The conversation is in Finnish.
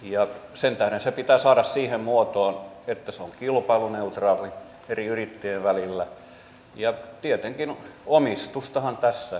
sen tähden se pitää saada siihen muotoon että se on kilpailuneutraali eri yrittäjien välillä ja tietenkin omistustahan tässä verotetaan